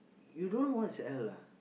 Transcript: you don't know what is ale ah